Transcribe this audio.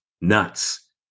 nuts